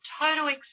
total